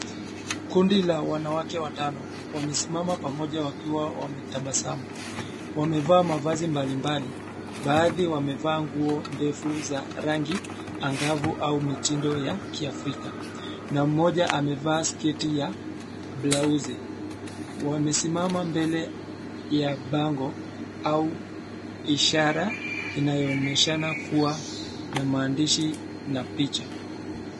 Kundi la wanawake watano wamesimama pamoja wakiwa wametabasamu wamevaa mavazi mbali mbali baadhi wamevaa nguo ndefu za rangi angavu au mitindo ya kiafrika, na mmoja mevaa sketi ya blauzi. Wamesimama mbele ya bango au ishara inayoonyeshana kuwa na maandishi na picha.